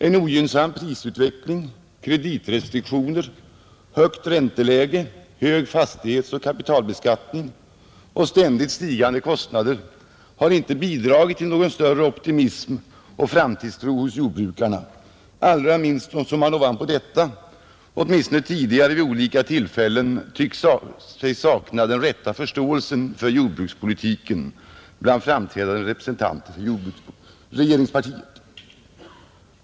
En ogynnsam prisutveckling, kreditrestriktioner, ett högt ränteläge, en hög fastighetsoch kapitalbeskattning och ständigt stigande kostnader har inte bidragit till någon större optimism och framtidstro hos våra jordbrukare, allra minst som man ovanpå detta åtminstone tidigare vid olika tillfällen tyckt sig sakna den rätta förståelsen för jordbrukets problem bland framträdande representanter för regeringspartiet.